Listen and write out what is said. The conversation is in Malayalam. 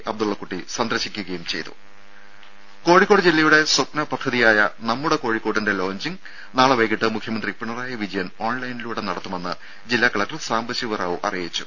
അബ്ദുള്ളകുട്ടി വീട്ടിലെത്തി സന്ദർശിക്കുകയും ചെയ്തു രംഭ കോഴിക്കോട് ജില്ലയുടെ സ്വപ്ന പദ്ധതിയായ നമ്മുടെ കോഴിക്കോട് ന്റെ ലോഞ്ചിങ്ങ് നാളെ വൈകീട്ട് മുഖ്യമന്ത്രി പിണറായി വിജയൻ ഓൺലൈനിലൂടെ നടത്തുമെന്ന് ജില്ലാ കലക്ടർ സാംബശിവറാവു അറിയിച്ചു